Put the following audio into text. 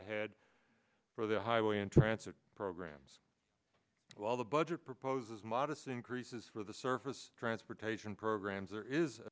ahead for the highway and transit programs while the budget proposes modest increases for the surface transportation programs there is